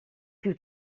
più